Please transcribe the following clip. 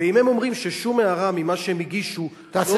ואם הם אומרים ששום הערה ממה שהם הגישו לא כלולה בדוח,